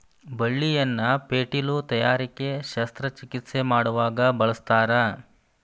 ಬಳ್ಳಿಯನ್ನ ಪೇಟಿಲು ತಯಾರಿಕೆ ಶಸ್ತ್ರ ಚಿಕಿತ್ಸೆ ಮಾಡುವಾಗ ಬಳಸ್ತಾರ